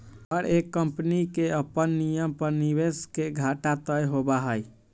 हर एक कम्पनी के अपन नियम पर निवेश के घाटा तय होबा हई